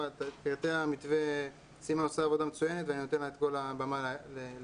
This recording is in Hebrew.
לגבי המתווה סימה עושה עבודה מצוינת ואני נותן לה את כל הבמה לומר.